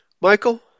Michael